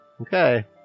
Okay